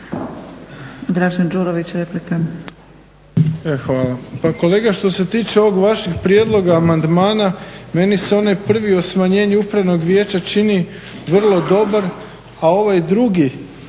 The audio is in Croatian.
Dražen Đurović, replika.